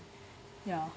ya